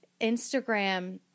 Instagram